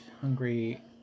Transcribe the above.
hungry